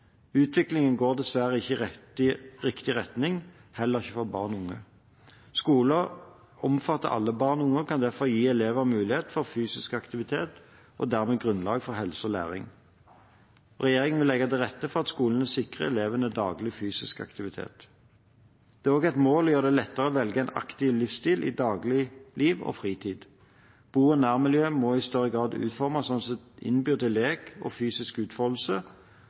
Utviklingen går dessverre ikke i riktig retning, heller ikke for barn og unge. Skolen omfatter alle barn og unge og kan derfor gi alle elever muligheter for fysisk aktivitet og dermed grunnlag for helse og læring. Regjeringen vil legge til rette for at skolene sikrer elevene daglig fysisk aktivitet. Det er også et mål å gjøre det lettere å velge en aktiv livsstil i dagligliv og fritid. Bo- og nærmiljøer må i større grad utformes slik at de innbyr til lek og fysisk utfoldelse,